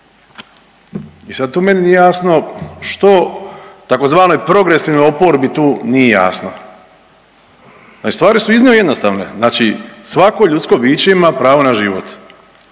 I sad tu meni nije jasno što tzv. progresivnoj oporbi tu nije jasno. Stvari su iznimno jednostavne. Znači svako ljudsko biće ima prvo na život.